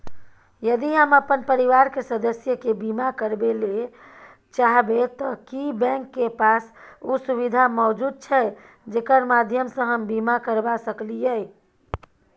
यदि हम अपन परिवार के सदस्य के बीमा करबे ले चाहबे त की बैंक के पास उ सुविधा मौजूद छै जेकर माध्यम सं हम बीमा करबा सकलियै?